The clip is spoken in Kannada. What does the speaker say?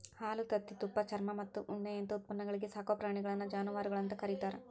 ಹಾಲು, ತತ್ತಿ, ತುಪ್ಪ, ಚರ್ಮಮತ್ತ ಉಣ್ಣಿಯಂತ ಉತ್ಪನ್ನಗಳಿಗೆ ಸಾಕೋ ಪ್ರಾಣಿಗಳನ್ನ ಜಾನವಾರಗಳು ಅಂತ ಕರೇತಾರ